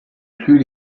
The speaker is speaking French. plus